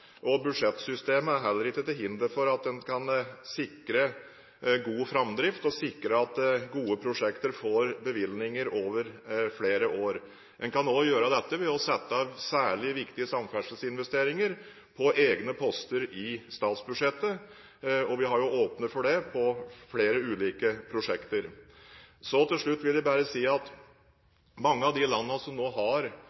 Budsjettsystemet er heller ikke til hinder for at en kan sikre god framdrift og sikre at gode prosjekter får bevilgninger over flere år. En kan også gjøre dette ved å sette særlig viktige samferdselsinvesteringer på egne poster i statsbudsjettet. Vi har åpnet for det på flere ulike prosjekter. Så til slutt vil jeg bare si at